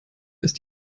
ist